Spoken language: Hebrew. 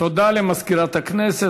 תודה למזכירת הכנסת.